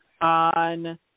on